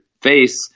face